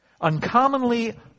Uncommonly